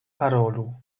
parolu